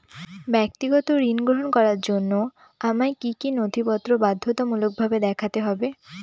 ব্যক্তিগত ঋণ গ্রহণ করার জন্য আমায় কি কী নথিপত্র বাধ্যতামূলকভাবে দেখাতে হবে?